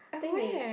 think they